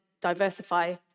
diversify